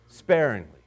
sparingly